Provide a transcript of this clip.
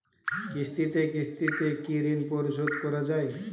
কিস্তিতে কিস্তিতে কি ঋণ পরিশোধ করা য়ায়?